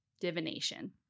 divination